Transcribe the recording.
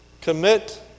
commit